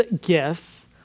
gifts